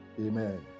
amen